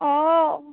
অ